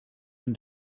own